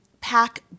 pack